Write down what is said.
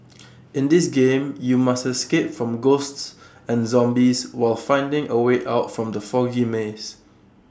in this game you must escape from ghosts and zombies while finding A way out from the foggy maze